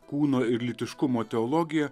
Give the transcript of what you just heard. kūno ir lytiškumo teologiją